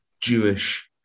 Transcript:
Jewish